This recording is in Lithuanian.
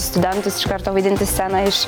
studentus iš karto vaidinti sceną iš